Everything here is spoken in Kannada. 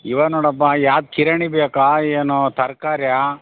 ಇವೆ ನೋಡಪ್ಪ ಯಾವ್ದ್ ಕಿರಾಣಿ ಬೇಕಾ ಏನು ತರಕಾರಿಯಾ